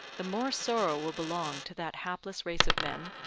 the more sorrow will belong to that hapless race of men,